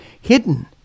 hidden